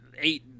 eight